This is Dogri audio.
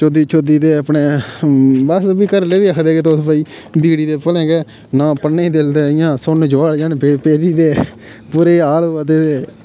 चोदी चोदी ते अपने बस भी घरा आह्ले बी आखदे की तुस बिगड़ी दे भलेआं गै ना पढ़ने ई दिल ते इ'यां गै सु'न्न ज्वार ज'न्न पेदी ते बुरे हाल होआ दे